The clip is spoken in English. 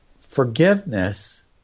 forgiveness